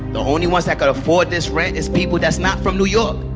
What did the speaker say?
the only ones that could afford this rent is people that's not from new york.